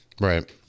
Right